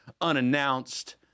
unannounced